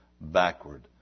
backward